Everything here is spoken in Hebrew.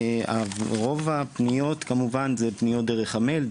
רוב הפניות כמובן אלו פניות דרך המייל,